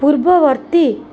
ପୂର୍ବବର୍ତ୍ତୀ